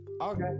Okay